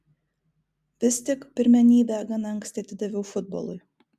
vis tik pirmenybę gana anksti atidaviau futbolui